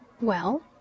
Well